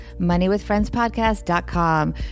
moneywithfriendspodcast.com